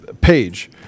page